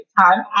time